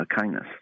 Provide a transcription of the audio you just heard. kindness